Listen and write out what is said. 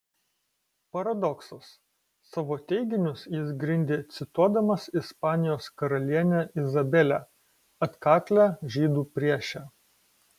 paradoksas savo teiginius jis grindė cituodamas ispanijos karalienę izabelę atkaklią žydų priešę